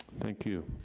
thank you.